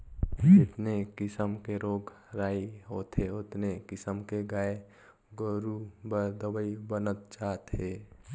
जेतने किसम के रोग राई होथे ओतने किसम के गाय गोरु बर दवई बनत जात हे